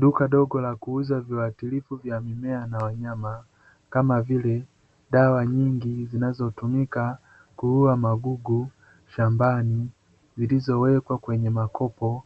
Duka dogo la kuuza viwakilifu vya mimea na wanyama kama vile dawa nyingi zinazotumika kuuwa magugu shambani zilizowekwa kwenye makopo,